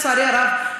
לצערי הרב,